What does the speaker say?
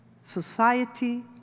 society